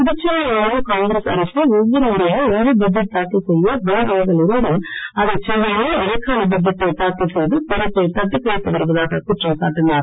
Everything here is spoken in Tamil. புதுச்சேரியை ஆளும் காங்கிரஸ் அரசு ஒவ்வொரு முறையும் முழு பட்ஜெட் தாக்கல் செய்ய வழிவகைகள் இருந்தும் அதைச்செய்யாமல் இடைக்கால பட்ஜெட்டை தாக்கல் செய்து பொறுப்பை தட்டிக் கழித்து வருவதாகக் குற்றம் சாட்டினார்